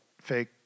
fake